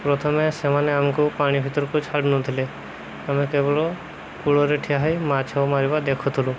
ପ୍ରଥମେ ସେମାନେ ଆମକୁ ପାଣି ଭିତରକୁ ଛାଡ଼ୁନଥିଲେ ଆମେ କେବଳ କୂଳରେ ଠିଆ ହେଇ ମାଛ ମାରିବା ଦେଖୁଥିଲୁ